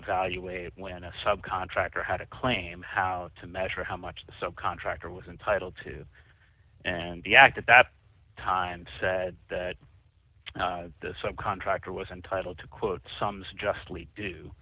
evaluate when a sub contractor had a claim how to measure how much the so contractor was entitled to and the act at that time said the sub contractor was entitled to quote